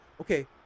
okay